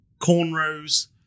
cornrows